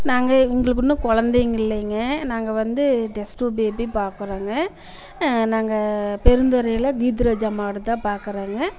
நாங்கள் எங்களுக்கு இன்னும் குழந்தைங்க இல்லைங்க நாங்கள் வந்து டெஸ்ட் டியூப் பேபி பார்க்கறோங்க நாங்கள் பெருந்துறையில் கீதுராஜு அம்மாகிட்டே தான் பார்க்கறேங்க